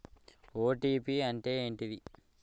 OTP అంటే ఏంటిది?